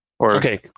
Okay